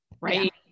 right